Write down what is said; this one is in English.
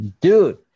Dude